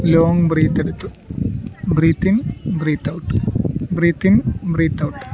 long ബ്രീത്തെടുത്ത് breath in breath out breath in breath out